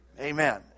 Amen